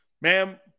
ma'am